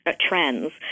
trends